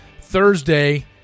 Thursday